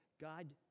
God